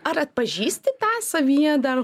ar atpažįsti tą savyje dar